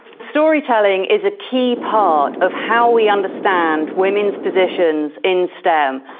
storytelling is a key part of how we understand women's positions in stem,